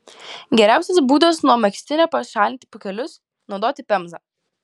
geriausias būdas nuo megztinio pašalinti pūkelius naudoti pemzą